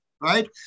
right